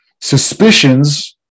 suspicions